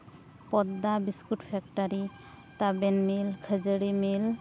ᱯᱚᱫᱽᱫᱟ biscuit factory ᱛᱟᱵᱮᱱ mill ᱠᱷᱟᱹᱡᱟᱹᱲᱤ ᱢᱤᱞ